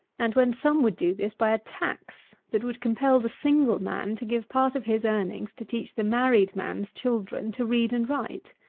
and when some would do this by a tax that would compel the single man to give part of his earnings to teach the married man's children to read and write.